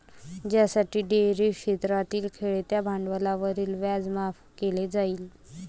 ज्यासाठी डेअरी क्षेत्रातील खेळत्या भांडवलावरील व्याज माफ केले जाईल